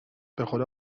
بخدا